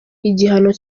igihano